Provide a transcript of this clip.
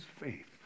faith